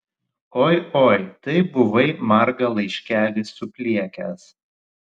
oi oi tai buvai margą laiškelį supliekęs